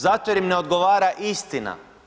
Zato što im ne odgovara istina.